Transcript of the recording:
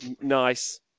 Nice